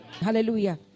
Hallelujah